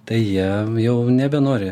tai jie jau nebenori